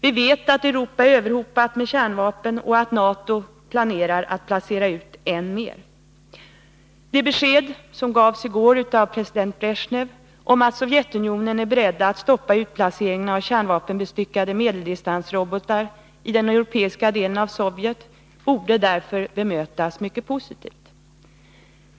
Vi vet att Europa är överhopat med kärnvapen och att NATO planerar att placera ut än fler. Det besked som gavs i går av president Bresjnev om att Sovjetunionen är beredd att stoppa utplaceringen av kärnvapenbestyckade medeldistansrobotar i den europeiska delen av Sovjet borde därför bemötas mycket positivt.